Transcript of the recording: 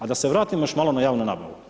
A da se vratim još malo na javnu nabavu.